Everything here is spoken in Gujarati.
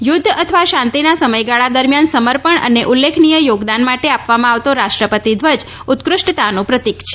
યુધ્ધ અથવા શાંતિના સમયગાળા દરમિયાન સમર્પણ અને ઉલ્લેખનીય યોગદાન માટે આપવામાં આવતો રાષ્ટ્રપતિ ધ્વજ ઉત્કૃષ્ટતાનું પ્રતીક છે